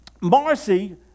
Marcy